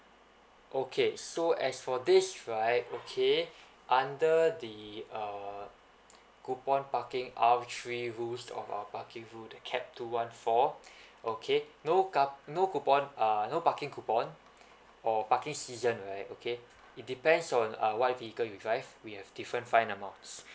okay so as for this right okay under the uh coupon parking R three rules of our parking rule the cap two one four okay no car no coupon uh no parking coupon or parking season right okay it depends on uh what vehicle you drive we have different fine amounts